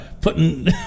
putting